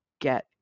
get